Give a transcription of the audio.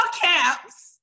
caps